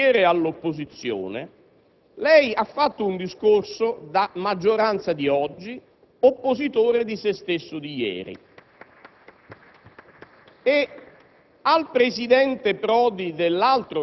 Quindi, rubando la scena e il mestiere all'opposizione, lei ha fatto un discorso da maggioranza di oggi, oppositore di sé stesso di ieri.